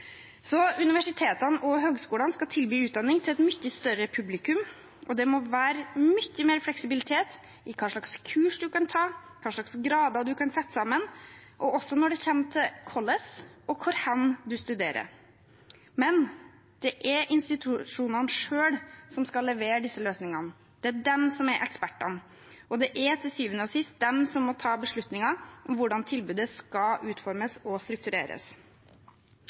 Universitetene og høyskolene skal tilby utdanning til et mye større publikum. Det må være mye mer fleksibilitet når det gjelder hva slags kurs man kan ta, hva slags grader man kan sette sammen, og også når det gjelder hvordan og hvor hen man studerer. Men det er institusjonene selv som skal levere disse løsningene, det er de som er ekspertene. Det er til syvende og sist de som må ta beslutningen om hvordan tilbudet skal utformes og struktureres.